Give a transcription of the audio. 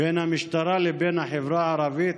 בין המשטרה לבין החברה הערבית,